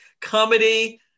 comedy